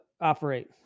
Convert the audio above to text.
operate